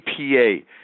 EPA